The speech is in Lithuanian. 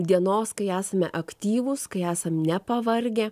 dienos kai esame aktyvūs kai esam nepavargę